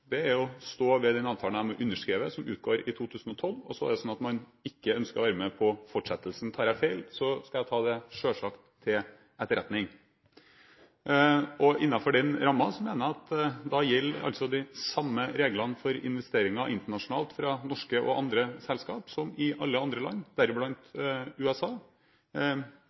gjort, er å stå ved den avtalen de har underskrevet, og som utgår i 2012, og så er det sånn at man ikke ønsker å være med på fortsettelsen. Tar jeg feil, skal jeg selvsagt ta det til etterretning. Innenfor den rammen mener jeg at de samme reglene gjelder for investeringer internasjonalt fra norske og andre selskap, som i alle andre land, deriblant USA.